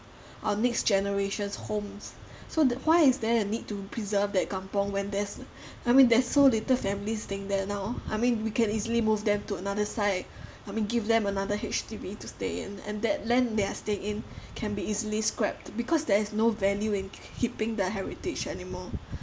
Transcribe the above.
our next generations homes so why is there a need to preserve that kampung when there's I mean there's so little families staying there now I mean we can easily move them to another site I mean give them another H_D_B to stay in and that land they are staying in can be easily scrapped because there is no value in keeping the heritage anymore